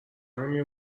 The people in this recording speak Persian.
امیر